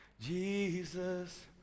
jesus